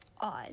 odd